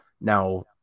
now